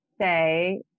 say